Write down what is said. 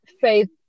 faith